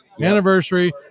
anniversary